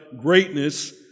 greatness